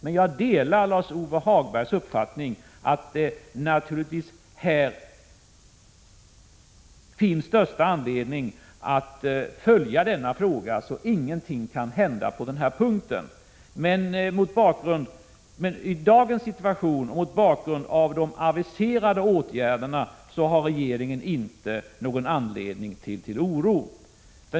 Men jag delar Lars-Ove Hagbergs uppfattning att det naturligtvis finns största anledning att följa denna fråga så att ingenting kan hända på den här punkten. I dagens situation, mot bakgrund av de aviserade åtgärderna, har regeringen inte någon anledning till oro.